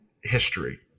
history